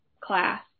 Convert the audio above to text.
class